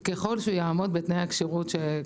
ככל שהוא יעמוד בתנאי הכשירות.